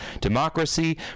democracy